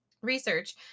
research